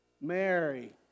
Mary